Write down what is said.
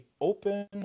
open